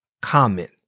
comment